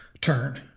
turn